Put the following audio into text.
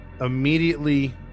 immediately